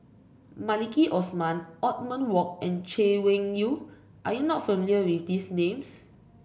Maliki Osman Othman Wok and Chay Weng Yew are you not familiar with these names